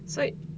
so